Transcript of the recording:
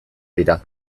dira